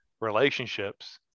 relationships